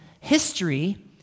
history